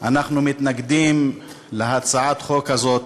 אנחנו מתנגדים להצעת החוק הזאת,